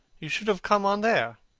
you should have come on there.